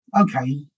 okay